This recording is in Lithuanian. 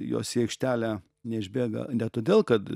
jos į aikštelę neišbėga ne todėl kad